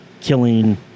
killing